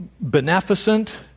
beneficent